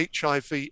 hiv